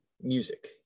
music